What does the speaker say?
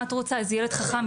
מה את רוצה איזה ילד חכם,